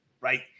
right